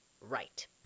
right